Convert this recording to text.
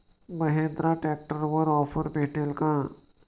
महिंद्रा ट्रॅक्टरवर ऑफर भेटेल का?